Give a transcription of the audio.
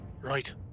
Right